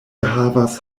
havas